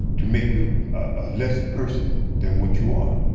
to make you less a person than what you are